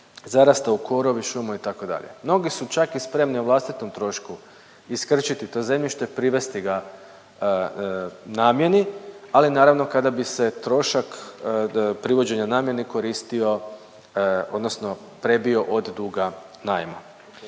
zaraslo u korov i šumu itd. Mnogi su čak i spremni o vlastitom trošku iskrčiti to zemljište, privesti ga namjeni, ali naravno kada bi se trošak privođenja namjeni koristio odnosno prebio od duga najma.